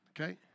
okay